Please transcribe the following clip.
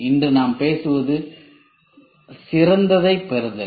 இன்று நாம் பேசுவது சிறந்ததை பெறுதல்